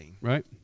Right